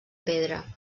pedra